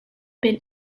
been